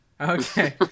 okay